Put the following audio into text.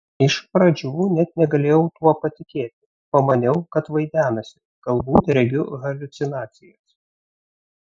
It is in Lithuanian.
iš pradžių net negalėjau tuo patikėti pamaniau kad vaidenasi galbūt regiu haliucinacijas